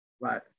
Right